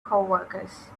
coworkers